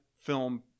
film